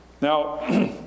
Now